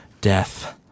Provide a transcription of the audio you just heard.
Death